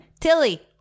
Tilly